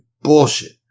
bullshit